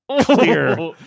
clear